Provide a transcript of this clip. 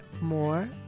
more